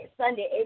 Sunday